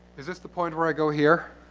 is this the point where i go here?